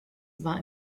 war